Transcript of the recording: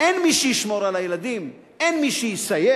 אין מי שישמור על הילדים, אין מי שיסייע.